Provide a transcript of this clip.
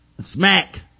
Smack